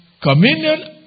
communion